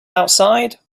outside